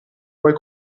poi